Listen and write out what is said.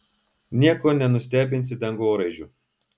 nieko nenustebinsi dangoraižiu